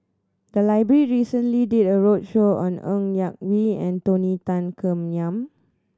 The library recently did a roadshow on Ng Yak Whee and Tony Tan Keng Yam